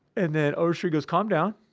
and then, overstreet goes, calm down,